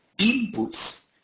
inputs